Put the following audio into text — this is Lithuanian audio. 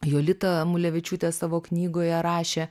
jolita mulevičiūtė savo knygoje rašė